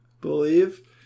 believe